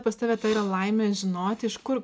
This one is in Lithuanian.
pas tave ta yra laimė žinoti iš kur